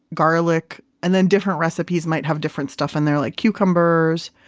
garlic, and then different recipes might have different stuff in there like cucumbers.